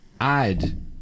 add